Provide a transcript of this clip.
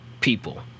people